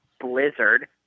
Blizzard